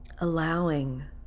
Allowing